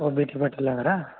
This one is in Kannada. O B T ಪಾಟಿಲವ್ರ